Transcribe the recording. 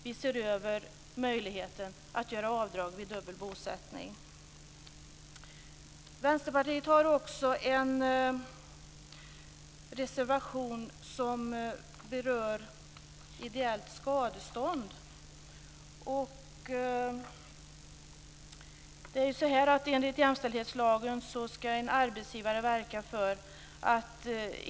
Kritik riktas från många håll mot den svenska beskattningen av personaloptioner. Det är i och för sig ett symtom på att det svenska skattetrycket är för högt.